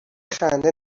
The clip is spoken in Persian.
خنده